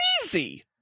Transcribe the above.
crazy